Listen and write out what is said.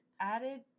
Added